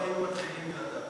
לא היינו מתחילים בלעדיו.